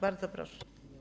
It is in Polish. Bardzo proszę.